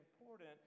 important